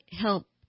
help